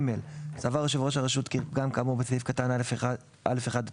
(ג) סבר יושב ראש הרשות כי פגם כאמור בסעיף קטן (א)(1) עד